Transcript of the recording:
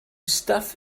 stuff